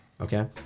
Okay